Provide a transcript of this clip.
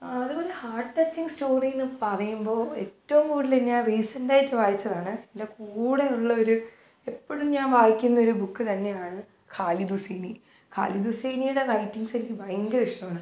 അതുപോലെ heart touching സ്റ്റോറീന്ന് പറയുമ്പോൾ ഏറ്റോം കൂടുതൽ ഞാൻ റീസെൻറ്റായിട്ട് വായിച്ചതാണ് എന്റെ കൂടെയുള്ളൊരു എപ്പോഴും ഞാൻ വായിക്കുന്നൊരു ബുക്ക് തന്നെയാണ് ഖാലിദു സീനി ഖാലിദു സീനീടെ റൈറ്റിങ്സെനിക്ക് ഭയങ്കര ഇഷ്ടവാണ്